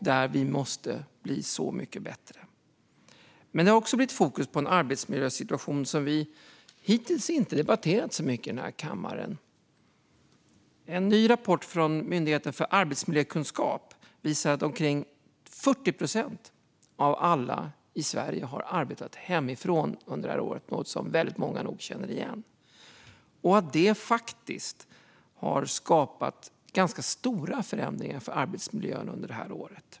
Det måste bli mycket bättre. En arbetsmiljösituation som vi hittills inte har debatterat särskilt mycket i kammaren har också hamnat i fokus. En ny rapport från Myndigheten för arbetsmiljökunskap visar att omkring 40 procent av alla i Sverige har arbetat hemifrån under det här året. Det känner nog väldigt många igen. Det har gett upphov till ganska stora förändringar av arbetsmiljön under det här året.